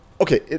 okay